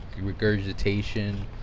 Regurgitation